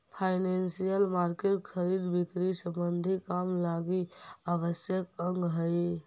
financial market खरीद बिक्री संबंधी काम लगी आवश्यक अंग हई